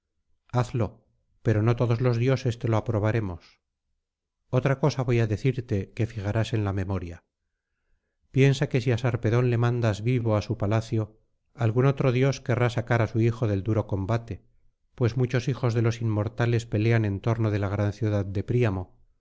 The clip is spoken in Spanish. hazlo pero no todos los dioses te lo aprobaremos otra cosa voy á decirte que fijarás en la memoria piensa que si á sarpedón le mandas vivo á su palacio algún otro dios querrá sacar á su hijo del duro combate pues muchos hijos de los inmortales pelean en torno de la gran ciudad de príamo